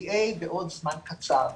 מה-FDA בעוד זמן קצר.